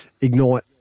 ignite